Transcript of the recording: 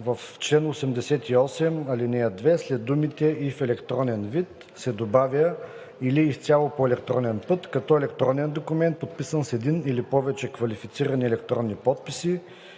В чл. 96, ал. 1 след думите „и в електронен вид“ се добавя „или изцяло по електронен път, като електронен документ, подписан с един или повече квалифицирани електронни подписи,